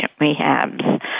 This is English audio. rehabs